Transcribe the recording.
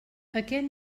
aquest